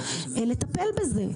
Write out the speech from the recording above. לטפל בזה.